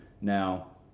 Now